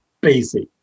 basic